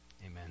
amen